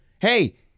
hey